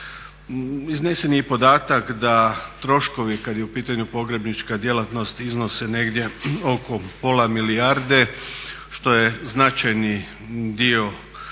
umrlima. Iznesen je i podatak da troškovi kad je u pitanju pogrebnička djelatnost iznose negdje oko pola milijarde što je značajni dio